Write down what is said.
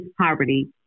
poverty